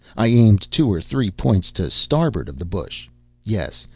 i aimed two or three points to starboard of the bush yes,